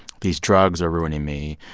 these drugs are ruining me,